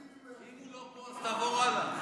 אם הוא לא פה אז תעבור הלאה.